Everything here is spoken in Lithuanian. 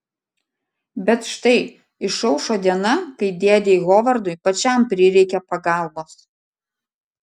bet štai išaušo diena kai dėdei hovardui pačiam prireikia pagalbos